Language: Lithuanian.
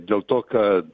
dėl to kad